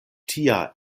tia